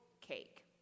cake